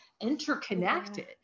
interconnected